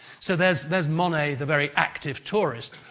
so, there's there's monet, the very active tourist,